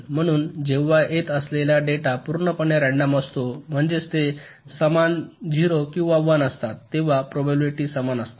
म्हणून जेव्हा येत असलेला डेटा पूर्णपणे रँडम असतो म्हणजेच ते समान 0 किंवा 1 असतात तेव्हा प्रोबॅबिलिटी समान असतात